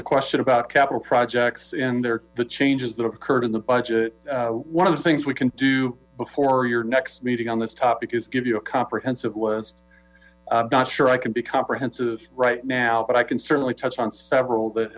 the question about capital projects in there the changes that have occurred in the budget one of the things we can do before your next meeting on this topic is give you a comprehensive list i'm not sure i can comprehensive right now but i can certainly touch on several that